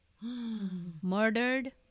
Murdered